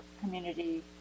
community